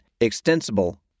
extensible